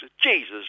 Jesus